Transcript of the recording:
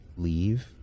leave